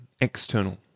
External